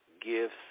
Gifts